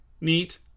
neat